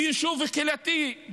ביישוב קהילתי,